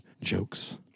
jokes